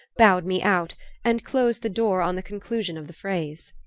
bowed me out and closed the door on the conclusion of the phrase.